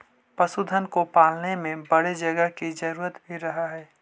पशुधन को पालने में बड़े जगह की जरूरत भी रहअ हई